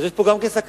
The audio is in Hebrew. אז יש פה גם כן סכנה.